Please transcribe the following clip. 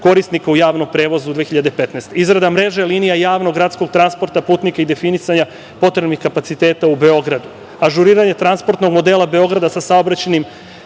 korisnika u javnom prevozu 2015. godine, izrada mreže linija javnog gradskog transporta putnika i definisanja potrebnih kapaciteta u Beogradu, ažuriranje transportnog modela Beograda sa saobraćajnim